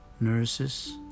nurses